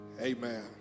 amen